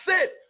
sit